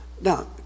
Now